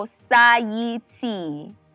society